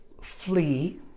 flee